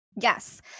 Yes